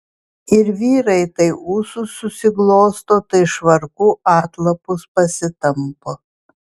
ir vyrai tai ūsus susiglosto tai švarkų atlapus pasitampo